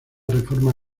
reforma